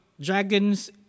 dragons